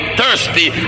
thirsty